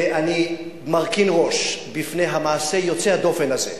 ואני מרכין ראש בפני המעשה היוצא דופן הזה.